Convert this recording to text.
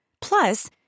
Plus